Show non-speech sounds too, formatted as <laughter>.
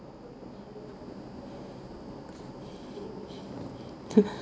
<laughs>